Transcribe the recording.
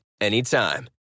anytime